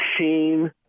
machine